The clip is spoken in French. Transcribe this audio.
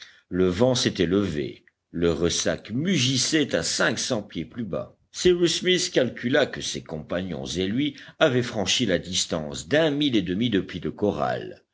le vent s'était levé le ressac mugissait à cinq cents pieds plus bas cyrus smith calcula que ses compagnons et lui avaient franchi la distance d'un mille et demi depuis le corral